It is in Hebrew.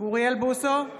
אוריאל בוסו,